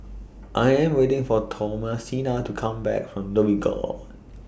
I Am waiting For Thomasina to Come Back from Dhoby Ghaut